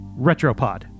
Retropod